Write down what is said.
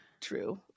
True